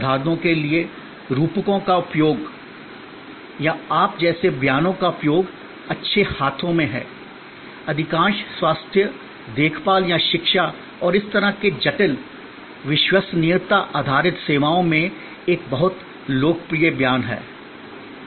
या उदाहरणों के लिए रूपकों का उपयोग या आप जैसे बयानों का उपयोग अच्छे हाथों में है अधिकांश स्वास्थ्य देखभाल या शिक्षा और इस तरह के जटिल विश्वसनीयता आधारित सेवाओं में एक बहुत लोकप्रिय बयान है